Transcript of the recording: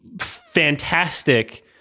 fantastic